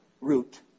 route